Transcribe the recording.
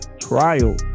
Trial